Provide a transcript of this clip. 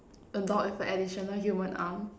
a dog with a additional human arm